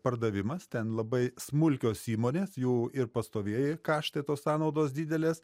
pardavimas ten labai smulkios įmonės jų ir pastovieji kaštai tos sąnaudos didelės